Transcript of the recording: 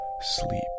sleep